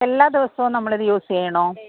എല്ലാ ദിവസവും നമ്മൾ ഇത് യൂസ് ചെയ്യണോ